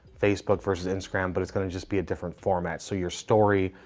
facebook, versus instagram, but it's gonna just be a different format. so your story,